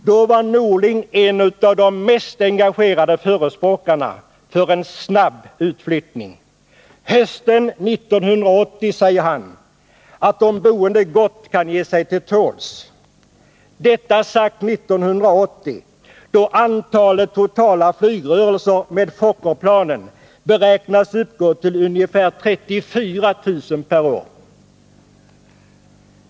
Då var Bengt Norling en av de mest engagerade förespråkarna för en snabb utflyttning. Hösten 1980 säger han att de boende gott kan ge sig till tåls. Det säger han alltså 1980, då totala antalet flygrörelser med Fokkerplanen beräknas uppgå till ungefär 34 000 per år.